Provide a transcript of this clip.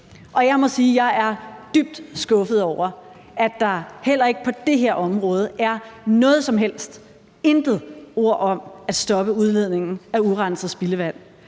jeg er dybt skuffet over, at der heller ikke på det her område er noget som helst. Der er intet ord om at stoppe udledningen af urenset spildevand.